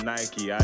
Nike